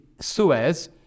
Suez